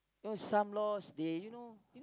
know some laws they you know you know